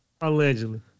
Allegedly